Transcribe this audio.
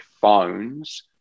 phones